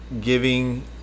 giving